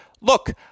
look